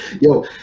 yo